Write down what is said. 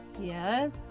Yes